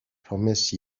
promise